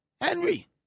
Henry